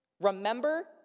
Remember